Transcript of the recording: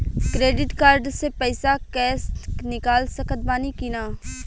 Credit card से पईसा cash निकाल सकत बानी की ना?